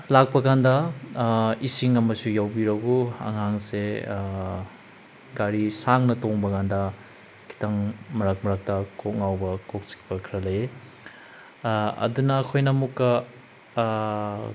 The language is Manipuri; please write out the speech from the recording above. ꯂꯥꯛꯄ ꯀꯥꯟꯗ ꯏꯁꯤꯡ ꯑꯃꯁꯨ ꯌꯥꯎꯕꯤꯔꯛꯎ ꯑꯉꯥꯡꯁꯦ ꯒꯥꯔꯤ ꯁꯥꯡꯅ ꯇꯣꯡꯕ ꯀꯥꯟꯗ ꯈꯤꯇꯪ ꯃꯔꯛ ꯃꯔꯛꯇ ꯀꯣꯛ ꯉꯥꯎꯕ ꯀꯣꯛ ꯆꯤꯛꯄ ꯈꯔ ꯂꯩꯌꯦ ꯑꯗꯨꯅ ꯑꯩꯈꯣꯏꯅ ꯑꯃꯨꯛꯀ